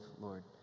Lord